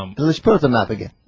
um but let's put them up again